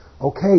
Okay